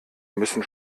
müssen